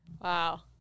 Wow